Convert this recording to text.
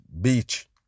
beach